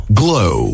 glow